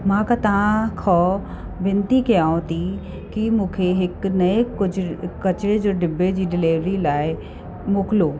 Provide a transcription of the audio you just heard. मां त तव्हां खां विनती कयांव थी कि मूंखे हिक नएं गुज किचिरे जो डिॿे जी डिलेवरी लाइ मोकिलो